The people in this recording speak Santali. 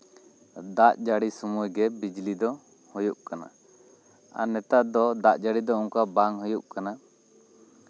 ᱫᱟᱜ ᱡᱟᱹᱲᱤ ᱥᱚᱢᱚᱭ ᱜᱮ ᱵᱤᱡᱞᱤ ᱫᱚ ᱦᱳᱭᱳᱜ ᱠᱟᱱᱟ ᱟᱨ ᱱᱮᱛᱟᱨ ᱫᱚ ᱚᱱᱠᱟ ᱫᱚ ᱫᱟᱜ ᱡᱟᱹᱲᱤ ᱫᱚ ᱵᱟᱝ ᱦᱩᱭᱩᱜ ᱠᱟᱱᱟ